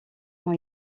ont